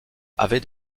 avaient